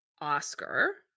oscar